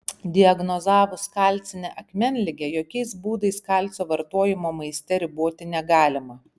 diagnozavus kalcinę akmenligę jokiais būdais kalcio vartojimo maiste riboti negalima